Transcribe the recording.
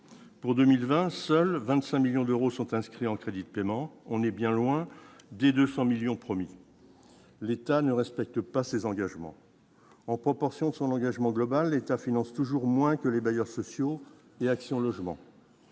pour 2020, seuls 25 millions d'euros sont inscrits en crédits de paiement, on est bien loin des 200 millions promis, l'État ne respecte pas ses engagements en proportion de son engagement global, l'État finance toujours moins que les bailleurs sociaux et Action logement